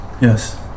Yes